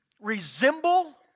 resemble